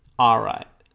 all right